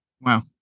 Wow